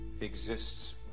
exists